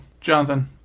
Jonathan